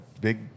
Big